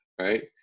right